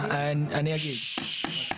זאת אמירה חמורה, אסור לך.